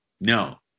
No